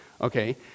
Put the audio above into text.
okay